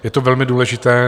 Je to velmi důležité.